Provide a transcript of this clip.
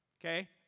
okay